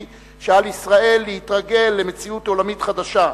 שעל ישראל להתרגל למציאות עולמית חדשה,